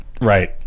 Right